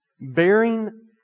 Bearing